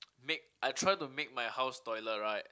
make I try to make my house toilet right